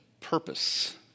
purpose